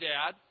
Dad